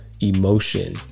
emotion